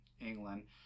England